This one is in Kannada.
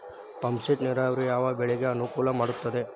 ಪಂಪ್ ಸೆಟ್ ನೇರಾವರಿ ಯಾವ್ ಬೆಳೆಗೆ ಅನುಕೂಲ ಮಾಡುತ್ತದೆ?